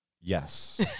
Yes